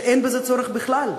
כשאין בזה צורך בכלל?